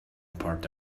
part